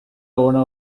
owner